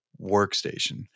workstation